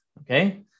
Okay